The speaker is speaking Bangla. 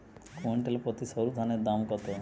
কুইন্টাল প্রতি সরুধানের দাম কত?